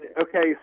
okay